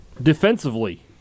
defensively